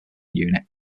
unit